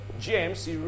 James